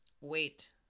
wait